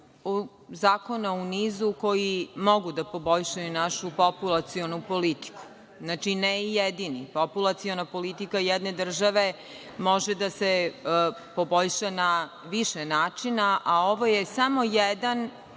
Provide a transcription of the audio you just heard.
zakona u nizu koji mogu da poboljšaju našu populacionu politiku, znači, ne i jedini. Populaciona politika jedne države može da se poboljša na više načina, a ovo je samo jedan